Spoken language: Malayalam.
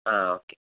ആ ഓക്കെ